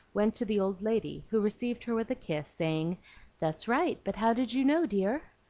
went to the old lady, who received her with a kiss, saying that's right but how did you know, dear?